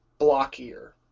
blockier